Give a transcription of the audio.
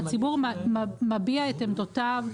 הציבור מביע את עמדותיו,